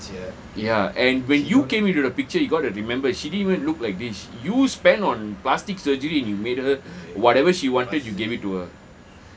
ya and when you came into the picture you got to remember she didn't even look like this you spend on plastic surgery you made her whatever she wanted you gave it to her